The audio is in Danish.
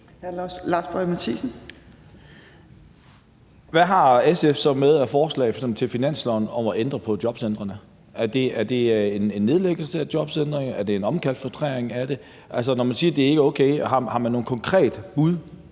Hvad har SF så med af forslag til finansloven i forhold til at ændre på jobcentrene? Er der tale om en nedlæggelse af jobcentrene? Er det en omkalfatring af dem? Altså, når man siger, at det ikke er okay, har man så nogle konkrete bud